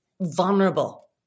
vulnerable